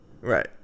Right